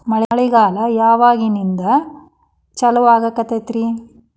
ಮಳೆಗಾಲ ಯಾವಾಗಿನಿಂದ ಚಾಲುವಾಗತೈತರಿ?